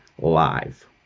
live